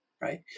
right